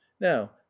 now